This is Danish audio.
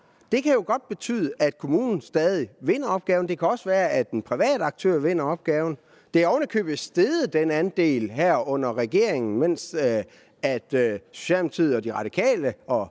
Det kan jo godt betyde, at kommunen stadig vinder opgaven; det kan også være, at det er en privat aktør, der vinder opgaven. Den andel er oven i købet steget under denne regering, altså mens Socialdemokratiet, De Radikale